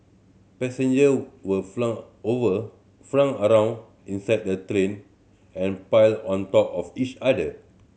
passenger were flung over flung around inside the train and piled on top of each other